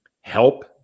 help